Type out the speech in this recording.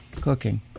cooking